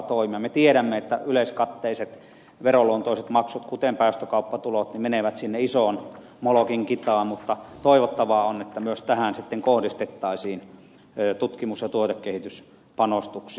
me tiedämme että yleiskatteiset veroluontoiset maksut kuten päästökauppatulot menevät sinne isoon molokin kitaan mutta toivottavaa on että tähän myös kohdistettaisiin tutkimus ja tuotekehityspanostuksia